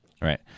Right